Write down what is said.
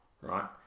right